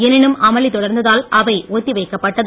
எனினும் அமளி தொடர்ந்ததால் அவை ஒத்திவைக்கப்பட்டது